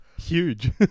Huge